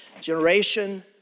Generation